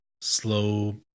slow